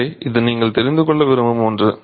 எனவே இது நீங்கள் தெரிந்துகொள்ள விரும்பும் ஒன்று